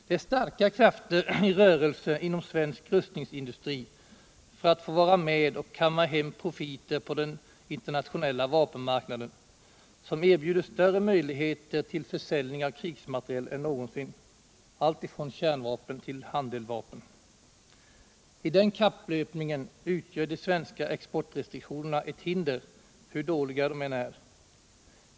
Det är starka krafter i rörelse inom svensk rustningsindustri för att få vara med och kamma hem profiter på den internationella vapenmarknaden, som erbjuder större möjligheter till försäljning av krigsmateriel än någonsin, alltifrån kärnvapen till handeldvapen. I den kapplöpningen utgör de svenska exportrestriktionerna ett hinder, hur dåliga de än är.